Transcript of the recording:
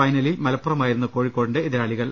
ഫൈനലിൽ മലപ്പുറമായിരുന്നു കോഴിക്കോ ടിന്റെ എതിരാളികൾ